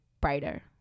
brighter